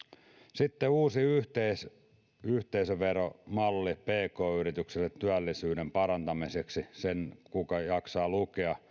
sitten uusi yhteisöveromalli pk yrityksille työllisyyden parantamiseksi kuka jaksaa sen lukea